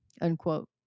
unquote